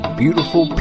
beautiful